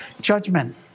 judgment